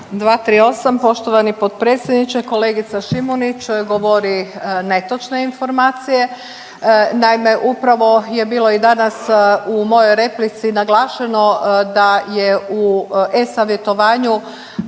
238. poštovani potpredsjedniče, kolegica Šimunić govori netočne informacije. Naime, upravo je bilo i danas u mojoj replici naglašeno da je u e-savjetovanju